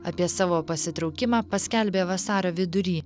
apie savo pasitraukimą paskelbė vasario vidury